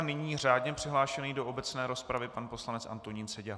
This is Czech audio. Nyní žádně přihlášený do obecné rozpravy pan poslanec Antonín Seďa.